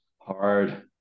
Hard